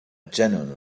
genuine